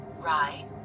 Rye